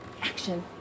action